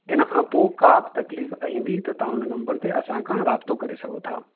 इन खां पोइ का बि तकलीफ़ ईंदी त तव्हां हुन नंबर ते असां खां राब्तो करे सघो था